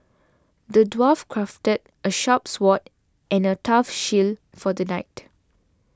the dwarf crafted a sharp sword and a tough shield for the knight